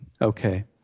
Okay